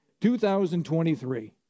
2023